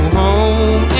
home